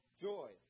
joy